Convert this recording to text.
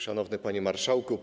Szanowny Panie Marszałku!